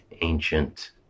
ancient